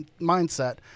mindset